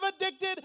addicted